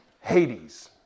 Hades